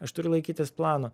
aš turiu laikytis plano